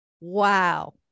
Wow